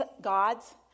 God's